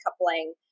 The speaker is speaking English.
coupling